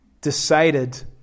decided